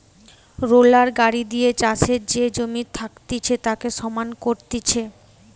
roller গাড়ি দিয়ে চাষের যে জমি থাকতিছে তাকে সমান করতিছে